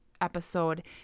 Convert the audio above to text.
episode